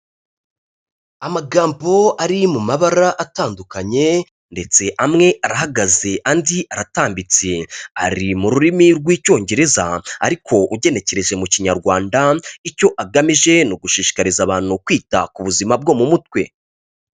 Amagambo ari mu mabara atandukanye, ndetse amwe arahagaze, andi aratambitse, ari mu rurimi rw'Icyongereza, ariko ugenekereje mu Kinyarwanda, icyo agamije ni ugushishikariza abantu kwita ku buzima bwo mu mutwe.